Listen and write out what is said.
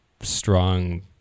strong